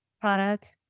product